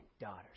daughters